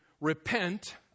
repent